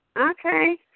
Okay